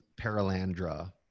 Paralandra